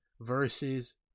versus